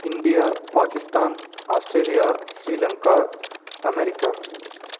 India Pakistan Australia Sri Lanka America